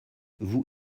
vous